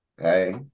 okay